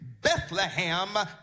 Bethlehem